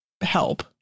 help